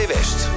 West